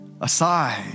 aside